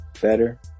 better